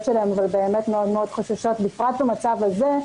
שלהן אבל הן מאוד חוששות בפרט במצב הזה,